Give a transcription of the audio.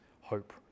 hope